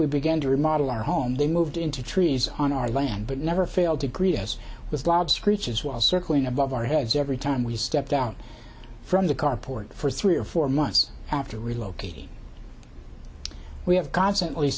we began to remodel our home they moved into trees on our land but never failed to greet us with loud screeches while circling above our heads every time we step down from the carport for three or four months after relocating we have constantly